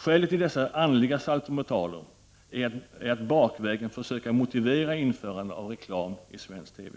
Skälet till dessa andliga saltomortaler är att man bakvägen försöker motivera införandet av reklam i svensk TV.